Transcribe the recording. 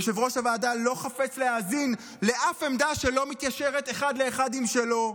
יושב-ראש הוועדה לא חפץ להאזין לאף עמדה שלא מתיישרת אחד לאחד עם שלו.